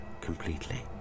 completely